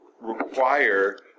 require